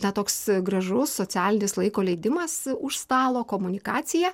na toks gražus socialinis laiko leidimas už stalo komunikacija